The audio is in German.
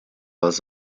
als